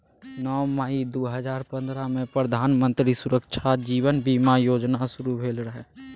नौ मई दु हजार पंद्रहमे प्रधानमंत्री सुरक्षा जीबन बीमा योजना शुरू भेल रहय